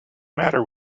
matter